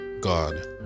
God